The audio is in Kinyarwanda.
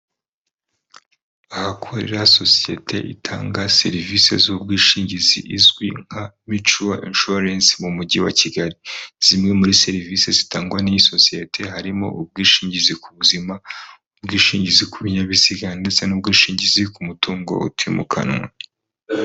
Ahakorera sosiyete itanga serivisi z'ubwishingizi izwi nka Micuwa inshuwarense mu Mujyi wa Kigali. Zimwe muri serivisi zitangwa n'iyi sosiyete harimo ubwishingizi ku buzima, ubwishingizi ku binyabiziga ndetse n'ubwishingizi ku mutungo utimukanwa.